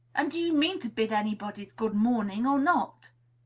and do you mean to bid anybody good-morning, or not?